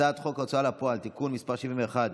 הצעת חוק ההוצאה לפועל (תיקון מס' 71)